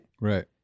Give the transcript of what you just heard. right